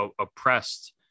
oppressed